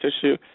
tissue